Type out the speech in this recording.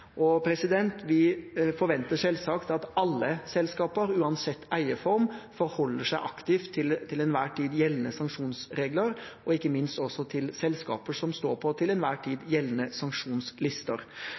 Vi forventer selvsagt at alle selskaper, uansett eierform, forholder seg aktivt til de til enhver tid gjeldende sanksjonsreglene og ikke minst også til selskaper som står på de til enhver tid